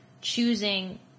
choosing